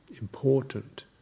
important